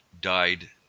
died